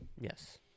yes